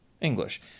English